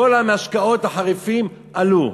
כל המשקאות החריפים עלו.